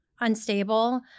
unstable